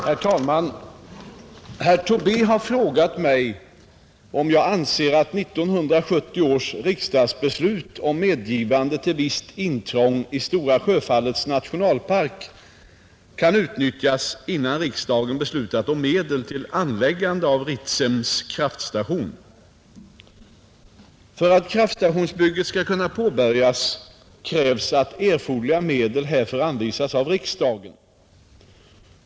Herr talman! Herr Tobé har frågat mig om jag anser att 1970 års riksdagsbeslut om medgivande till visst intrång i Stora Sjöfallets nationalpark kan utnyttjas innan riksdagen beslutat om medel till anläggande av Ritsems kraftstation. För att kraftstationsbygget skall kunna påbörjas krävs att erforderliga medel härför anvisas av riksdagen.